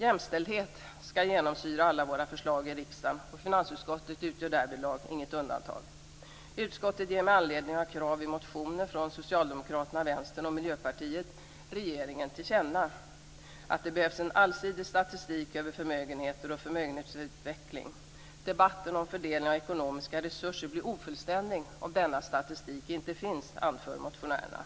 Jämställdhet skall genomsyra alla våra förslag i riksdagen. Finansutskottet utgör inget undantag därvidlag. Utskottet ger med anledningen av krav i motioner från Socialdemokraterna, Vänstern och Miljöpartiet regeringen till känna att det behövs en allsidig statistik över förmögenheter och förmögenhetsutveckling. Debatten om fördelningen av ekonomiska resurser blir ofullständig om denna statistik inte finns anför motionärerna.